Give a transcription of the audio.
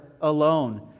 alone